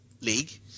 league